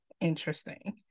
interesting